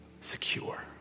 secure